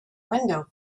window